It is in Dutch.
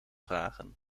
vragen